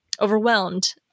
overwhelmed